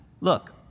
look